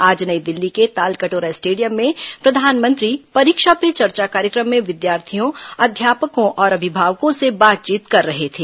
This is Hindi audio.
आज नई दिल्ली के तालकटोरा स्टेडियम में प्रधानमंत्री परीक्षा पे चर्चा कार्यक्रम में विद्यार्थियों अध्यापकों और अभिभावकों से बातचीत कर रहे थे